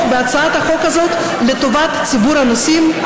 בהצעת החוק הזאת לטובת ציבור הנוסעים,